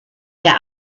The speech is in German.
der